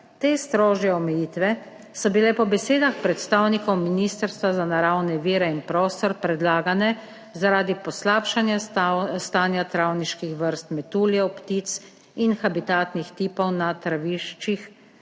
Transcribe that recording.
»Te strožje omejitve so bile po besedah predstavnikov Ministrstva za naravne vire in prostor predlagane, zaradi poslabšanja stanja travniških vrst, metuljev, ptic in habitatnih tipov na traviščih